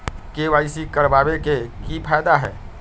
KYC करवाबे के कि फायदा है?